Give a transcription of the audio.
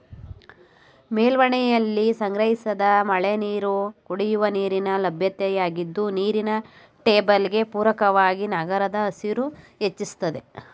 ಮೇಲ್ಛಾವಣಿಲಿ ಸಂಗ್ರಹಿಸಿದ ಮಳೆನೀರು ಕುಡಿಯುವ ನೀರಿನ ಲಭ್ಯತೆಯಾಗಿದ್ದು ನೀರಿನ ಟೇಬಲ್ಗೆ ಪೂರಕವಾಗಿ ನಗರದ ಹಸಿರು ಹೆಚ್ಚಿಸ್ತದೆ